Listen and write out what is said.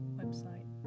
website